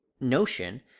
notion